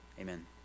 amen